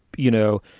you know,